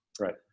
Right